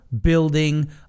building